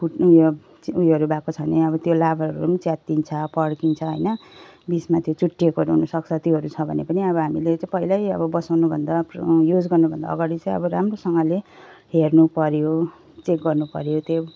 फुट्नु यो उयोहरू भएको छ भने अब त्यो लाबरहरू पनि च्यातिन्छ पड्किन्छ होइन बिचमा त्यो चुँडिएकोहरू हुनसक्छ त्योहरू छ भने पनि अब हामीले चाहिँ पहिलै अब बसाउनुभन्दा युज गर्नुभन्दा अगाडि चाहिँ अब राम्रोसँगले हेर्नुपऱ्यो चेक गर्नुपऱ्यो त्यो